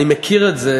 אני מכיר את זה.